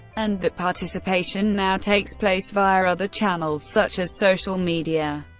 and that participation now takes place via other channels, such as social media.